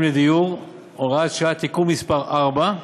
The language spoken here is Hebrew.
לדיור (הוראת שעה) (תיקון מס' 4),